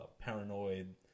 paranoid